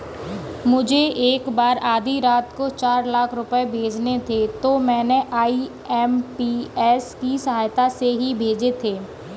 मुझको एक बार आधी रात को चार लाख रुपए भेजने थे तो मैंने आई.एम.पी.एस की सहायता से ही भेजे थे